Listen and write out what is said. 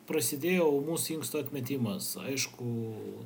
prasidėjo ūmus inksto atmetimas aišku